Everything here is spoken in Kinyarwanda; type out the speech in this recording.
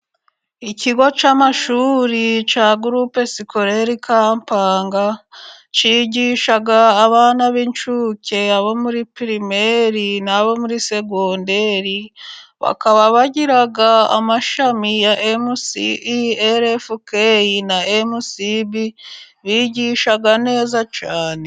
Ikigo cy'amashuri cya groupe scolaire kampanga cyisha abana b'incuke, abo muri primary n'abo muri secondary. Bakaba bafite amashami ya MCE, ELFK na MCB bigisha neza cyane.